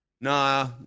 Nah